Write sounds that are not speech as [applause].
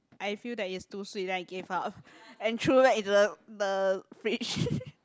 I feel that it's too sweet then I gave up and threw back into the the fridge [laughs]